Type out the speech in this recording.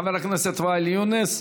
חבר הכנסת ואאל יונס,